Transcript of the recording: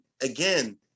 again